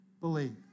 believe